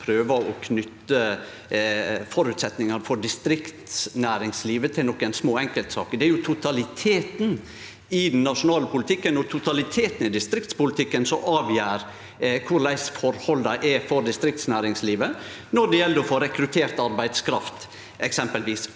å knyte føresetnadene for distriktsnæringslivet til nokre små enkeltsaker. Det er totaliteten i den nasjonale politikken og totaliteten i distriktspolitikken som avgjer korleis forholda er for distriktsnæringslivet når det eksempelvis gjeld å få rekruttert arbeidskraft. Heldigvis